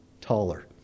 taller